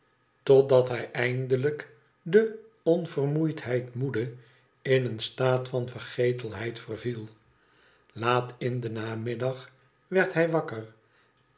totdat hij eindelijk de onvermoeidheid moede in een staat van vergetelheid verviel lfsiat in den namiddag werd hij wakker